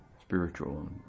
spiritual